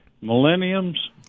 millenniums